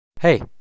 Hey